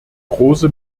große